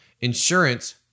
Insurance